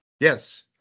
Yes